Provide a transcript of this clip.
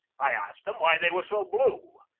i asked them why they were so blue.